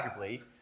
arguably